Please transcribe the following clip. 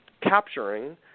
capturing